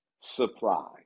supply